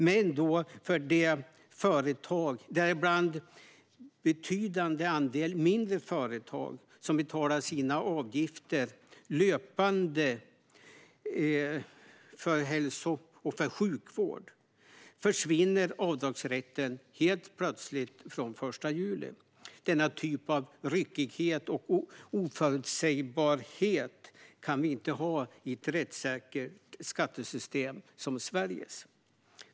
Men för de företag, däribland en betydande andel mindre företag, som betalar sina avgifter för hälso och sjukvård löpande försvinner avdragsrätten helt plötsligt från den 1 juli. Denna typ av ryckighet och oförutsägbarhet kan vi inte ha i ett rättssäkert skattesystem som Sveriges.